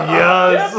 yes